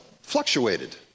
fluctuated